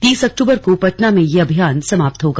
तीस अक्टूबर को पटना में ये अभियान समाप्त होगा